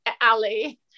alley